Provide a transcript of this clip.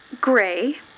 Gray